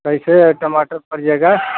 कैसे टमाटर पड़ जाएगा